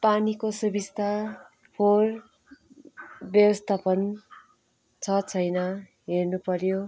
पानीको सुविस्ता फोहोर व्यवस्थापन छ छैन हेर्नुपऱ्यो